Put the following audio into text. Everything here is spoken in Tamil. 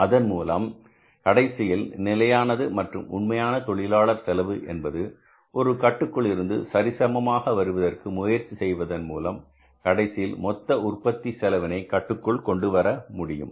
அதன்மூலம் கடைசியில் நிலையானது மற்றும் உண்மையான தொழிலாளர் செலவு என்பது ஒரு கட்டுப்பாட்டுக்குள் இருந்து சரிசமமாக வருவதற்கு முயற்சி செய்வதன் மூலம் கடைசியில் மொத்த உற்பத்தி செலவினை கட்டுக்குள் கொண்டு வர முடியும்